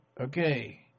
okay